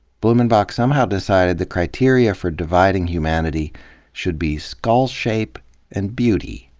blumenbach somehow decided the criteria for dividing humanity should be skull shape and beauty.